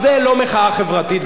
זה לא מחאה חברתית,